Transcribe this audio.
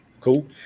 cool